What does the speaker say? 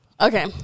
Okay